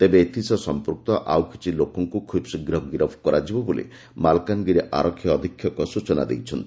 ତେବେ ଏଥିସହ ସଂପ୍ଟକ୍ତ ଆଉ କିଛି ଲୋକଙ୍ଙୁ ଖୁବ୍ଶୀଘ୍ର ଗିରଫ କରାଯିବ ବୋଲି ମାଲକାନଗିରି ଆରକ୍ଷୀ ଅଧୀକ୍ଷକ ସ୍ଚନା ଦେଇଛନ୍ତି